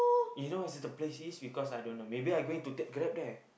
you know what is the place is because I don't know maybe I going to take Grab there